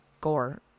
gore